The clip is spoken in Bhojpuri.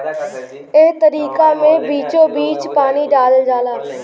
एह तरीका मे बीचोबीच पानी डालल जाला